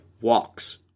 walks